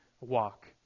walk